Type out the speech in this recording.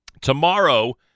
Tomorrow